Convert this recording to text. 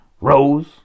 Rose